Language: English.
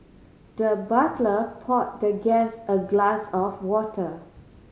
the butler poured the guest a glass of water